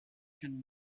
can